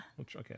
Okay